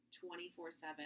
24-7